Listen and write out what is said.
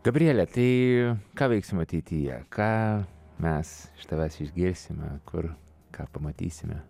gabriele tai ką veiksim ateityje ką mes iš tavęs išgirsime kur ką pamatysime